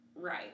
right